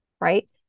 right